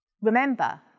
Remember